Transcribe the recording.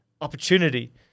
opportunity